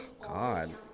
god